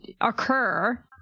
occur